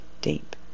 deep